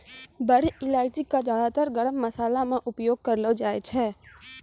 बड़ी इलायची कॅ ज्यादातर गरम मशाला मॅ उपयोग करलो जाय छै